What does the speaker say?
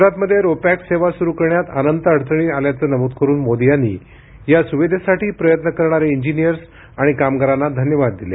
गुजरातमध्ये ro pax सेवा सुरु करण्यात अनंत अडचणी आल्याचं नमूद करुन मोदी यांनी या सुविधेसाठी प्रयत्न करणारे इंजिनियर्स आणि कामगारांना धन्यवाद दिले